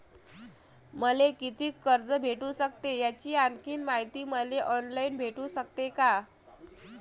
मले कितीक कर्ज भेटू सकते, याची आणखीन मायती मले ऑनलाईन भेटू सकते का?